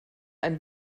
ein